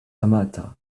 amata